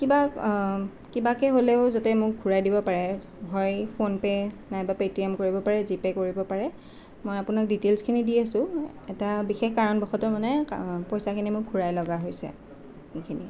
কিবা কিবাকৈ হ'লেও যাতে মোক ঘূৰাই দিব পাৰে হয় ফোনপে' নাইবা পে'টিএম কৰিব পাৰে জিপে' কৰিব পাৰে মই আপোনাক ডিটিয়েল্চখিনি দি আছোঁ এটা বিশেষ কাৰণবশতঃ মানে পইচাখিনি মোক ঘূৰাই লগা হৈছে এইখিনিয়ে